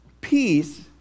Peace